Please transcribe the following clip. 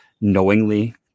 knowingly